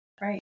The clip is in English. Right